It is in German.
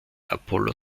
apollo